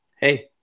hey